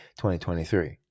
2023